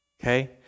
okay